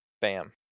Bam